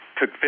took